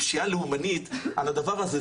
לפשיעה לאומנית" על הדבר הזה,